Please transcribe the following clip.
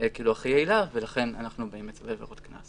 הכי יעילה, ולכן אנחנו באים לצווי עבירות קנס